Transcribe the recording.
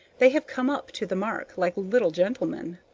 they have come up to the mark like little gentlemen.